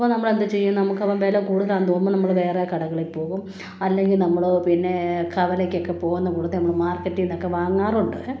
അപ്പം നമ്മളെന്ത് ചെയ്യും നമുക്കപ്പം വില കൂടുതലാണെന്ന് തോന്നുമ്പോൾ നമ്മൾ വേറെ കടകളിൽ പോകും അല്ലെങ്കിൽ നമ്മൾ പിന്നെ കവലയ്ക്കൊക്കെ പോകുന്ന കൂട്ടത്തിൽ നമ്മൾ മാർക്കറ്റിൽ നിന്നൊക്കെ വാങ്ങാറുണ്ട്